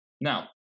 Now